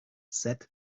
said